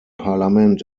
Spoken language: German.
parlament